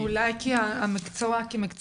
אני שמחה מאוד לספר שאין אצלנו המתנה לתסקירים.